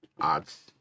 odds